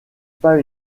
pas